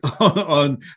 on